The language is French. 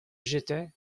j’étais